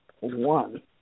one